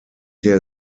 der